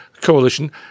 coalition